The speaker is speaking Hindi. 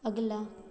अगला